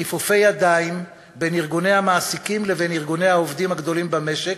כיפופי ידיים בין ארגוני המעסיקים לבין ארגוני העובדים הגדולים במשק,